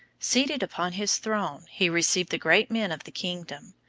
seated upon his throne, he received the great men of the kingdom.